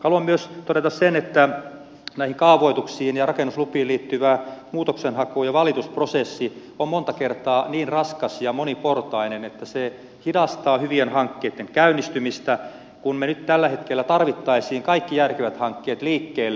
haluan myös todeta sen että näihin kaavoituksiin ja rakennuslupiin liittyvä muutoksenhaku ja valitusprosessi on monta kertaa niin raskas ja moniportainen että se hidastaa hyvien hankkeitten käynnistymistä kun me nyt tällä hetkellä tarvitsisimme kaikki järkevät hankkeet liikkeelle